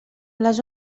les